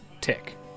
tick